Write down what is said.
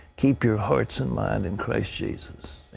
keep your hearts and mind in christ jesus.